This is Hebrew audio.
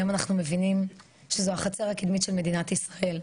היום אנחנו מבינים שזו החצר הקדמית של מדינת ישראל,